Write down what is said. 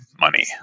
money